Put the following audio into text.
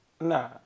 Nah